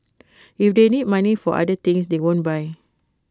if they need money for other things they won't buy